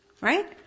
right